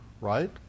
right